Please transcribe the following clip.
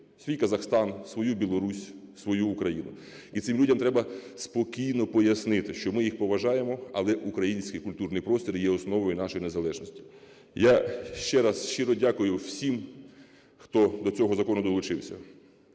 свій Казахстан, свою Білорусь, свою Україну. І цим людям треба спокійно пояснити, що ми їх поважаємо, але український культурний простір є основою нашої незалежності. Я ще раз щиро дякую всім, хто до цього закону долучився: